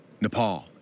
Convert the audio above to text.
Nepal